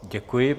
Děkuji.